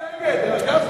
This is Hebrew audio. נגד, הרב גפני.